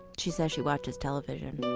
she says she watches television.